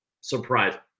surprising